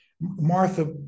Martha